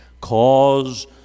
cause